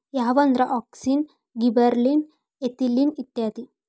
ಯಾವಂದ್ರ auxin, gibberellin, ethylene ಇತ್ಯಾದಿ